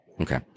Okay